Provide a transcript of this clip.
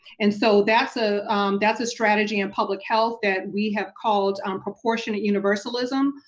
and so that's ah that's a strategy in public health that we have called um proportionate universalism,